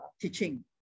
teaching